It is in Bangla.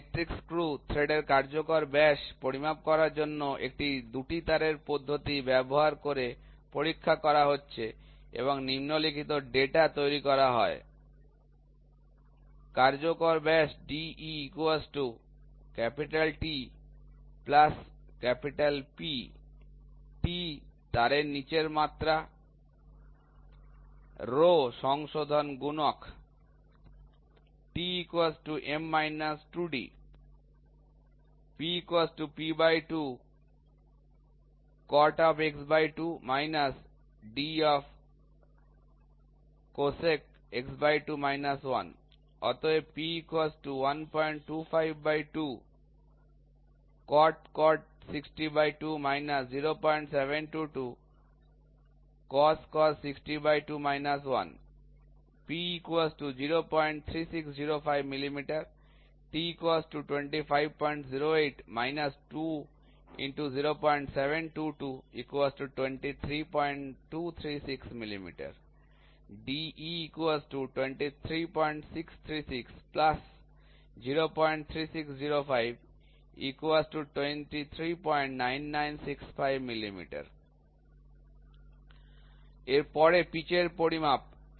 একটি মেট্রিক স্ক্রু থ্রেড এর কার্যকর ব্যাস পরিমাপ করার জন্য একটি দুটি তারের পদ্ধতি ব্যবহার করে পরীক্ষা করা হচ্ছে এবং নিম্নলিখিত ডেটা তৈরি করা হয় কার্যকর ব্যাস De T P T তারের নীচের মাত্রা P সংশোধন গুণক T M - 2d P p2 cot x2 d csc x2 1 অতএব P 1252 cot 602 0722 csc 602 1 P 03605 mm T 2508 - 20722 23236 mm De 23636 03605 239965 mm এরপরে পিচের পরিমাপ